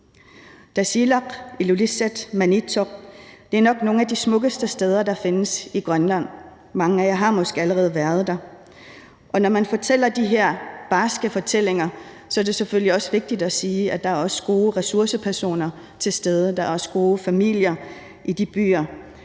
Tasiilaq, Ilulissat og Maniitsoq er nok nogle af de smukkeste steder, der findes i Grønland, og mange af jer har måske allerede været der, og når man fortæller de her barske ting, er det selvfølgelig også vigtigt at sige, at der også er gode ressourcepersoner til stede, at der også er gode familier i de byer,